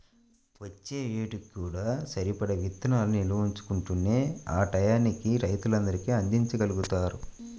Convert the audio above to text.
వచ్చే ఏడుకి కూడా సరిపడా ఇత్తనాలను నిల్వ ఉంచుకుంటేనే ఆ టైయ్యానికి రైతులందరికీ అందిచ్చగలుగుతారు